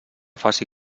faci